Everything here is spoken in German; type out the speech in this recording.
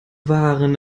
waren